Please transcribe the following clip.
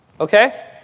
okay